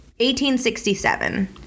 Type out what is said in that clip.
1867